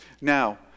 Now